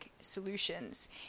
solutions